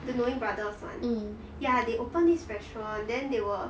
the knowing brothers one ya they open this restaurant then they were